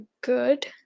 good